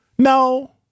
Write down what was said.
No